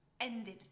ended